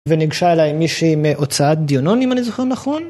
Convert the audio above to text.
וניגשה אלי מישהי מהוצאת דיונון אם אני זוכר נכון.